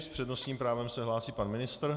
S přednostním právem se hlásí pan ministr.